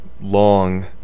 long